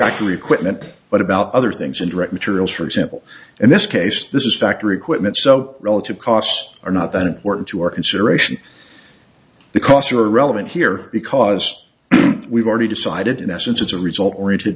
factory equipment but about other things indirect materials for example in this case this is factory equipment so relative costs are not that important to our consideration the costs are irrelevant here because we've already decided in essence it's a result oriented